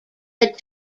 led